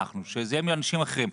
שיהיו אנשים אחרים.